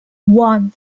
one